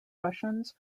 russians